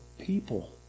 people